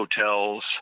hotels